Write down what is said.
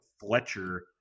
Fletcher